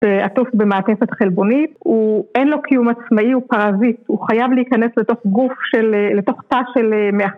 עטוף במעטפת חלבונית, הוא אין לו קיום עצמאי, הוא פרזיט, הוא חייב להיכנס לתוך גוף של, לתוך תא של מעטפת חלבונית